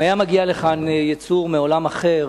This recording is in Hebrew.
אם היה מגיע לכאן יצור מעולם אחר